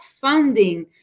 funding